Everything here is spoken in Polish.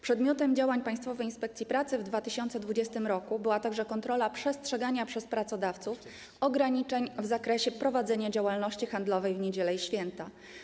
Przedmiotem działań Państwowej Inspekcji Pracy w 2020 r. była także kontrola przestrzegania przez pracodawców ograniczeń w zakresie prowadzenia działalności handlowej w niedziele i święta.